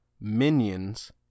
minions